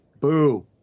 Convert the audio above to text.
boo